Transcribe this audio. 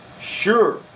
sure